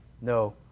No